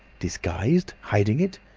disguised! hiding it!